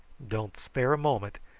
don't spare a moment,